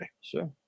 Sure